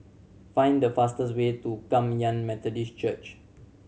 find the fastest way to Kum Yan Methodist Church